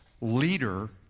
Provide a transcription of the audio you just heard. leader